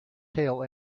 tail